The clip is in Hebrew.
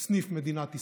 סניף מדינת ישראל,